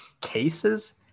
cases